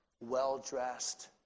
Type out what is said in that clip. well-dressed